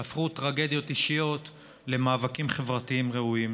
שהפכו טרגדיות אישיות למאבקים חברתיים ראויים.